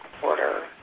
quarter